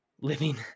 living